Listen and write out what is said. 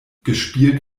gespielt